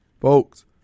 Folks